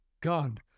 God